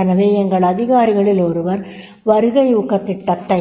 எனவே எங்கள் அதிகாரிகளில் ஒருவர் வருகை ஊக்கத் திட்டத்தை